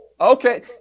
okay